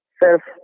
self